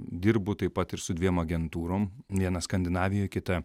dirbu taip pat ir su dviem agentūrom viena skandinavijoj kita